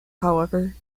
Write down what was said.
however